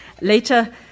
later